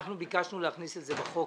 אנחנו ביקשנו להכניס את זה בחוק.